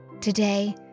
Today